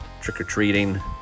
Trick-or-treating